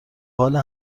حال